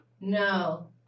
No